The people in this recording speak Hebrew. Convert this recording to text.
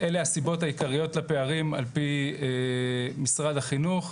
אלה הסיבות העיקריות לפערים על פי משרד החינוך.